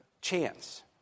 chance